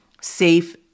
safe